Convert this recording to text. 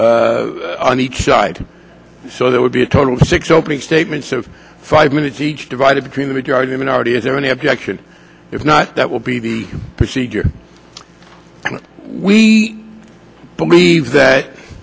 on each side so there would be a total of six opening statements of five minutes each divided between the majority minority is there any objection if not that will be the procedure we believe that